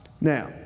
Now